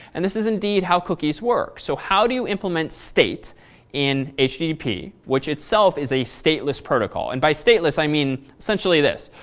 and this is indeed how cookies work. so how do you implement state in http which itself is a stateless protocol? and by stateless, i mean, essentially this,